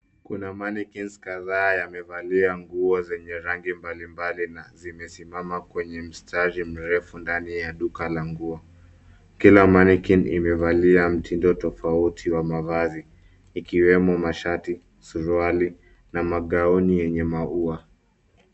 Kuna[ mannequin] kadhaa yamevalia nguo zenye rangi mbalimbali na zimesimama kwenye mstari mrefu ndani ya duka la nguo, Kila mahali[ mannequin] imevalia mtindo tofauti wa mavazi ikiwemo masharti ,suruali na magauni yenye maua.